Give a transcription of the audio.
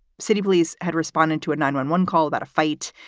city police had responded to a nine one one call that a fight.